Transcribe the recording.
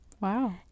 Wow